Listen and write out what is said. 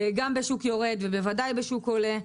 גם בשוק יורד, בוודאי בשוק עולה.